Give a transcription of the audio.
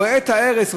רואה את ההרס,